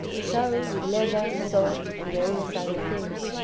so with leather, salt, and various other things.